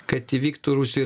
kad įvyktų rusijoj